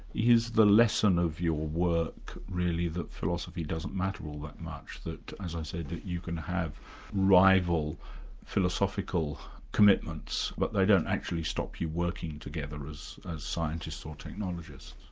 is the lesson of your work really that philosophy doesn't matter all that much, that as i said, that you can have rival philosophical commitments but they don't actually stop you working together as as scientists or technologists?